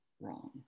wrong